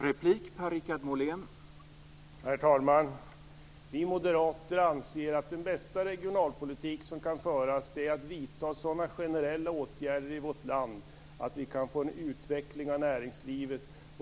Herr talman! Vi moderater anser att den bästa regionalpolitik som kan föras är att vidta sådana generella åtgärder i vårt land att vi kan få en utveckling av näringslivet.